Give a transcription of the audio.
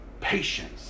Patience